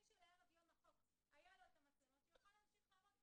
מי שערב יום כניסת החוק היו לו מצלמות שיוכל להמשיך לעבוד.